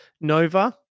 Nova